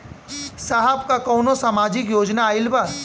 साहब का कौनो सामाजिक योजना आईल बा?